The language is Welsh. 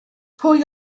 pwy